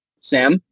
Sam